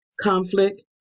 Conflict